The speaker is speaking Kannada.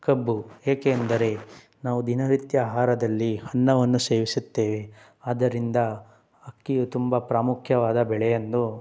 ಕಬ್ಬು ಏಕೆಂದರೆ ನಾವು ದಿನನಿತ್ಯ ಆಹಾರದಲ್ಲಿ ಅನ್ನವನ್ನು ಸೇವಿಸುತ್ತೇವೆ ಆದ್ದರಿಂದ ಅಕ್ಕಿಯು ತುಂಬ ಪ್ರಾಮುಖ್ಯವಾದ ಬೆಳೆಯೆಂದು